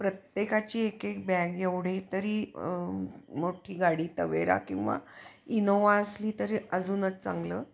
प्रत्येकाची एक एक बॅग एवढे तरी मोठी गाडी तवेरा किंवा इनोवा असली तरी अजूनच चांगलं